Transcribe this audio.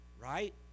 Right